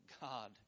God